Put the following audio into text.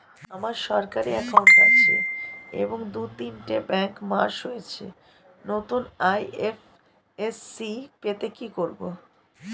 আমার সরকারি একাউন্ট আছে এবং দু তিনটে ব্যাংক মার্জ হয়েছে, নতুন আই.এফ.এস.সি পেতে কি করব?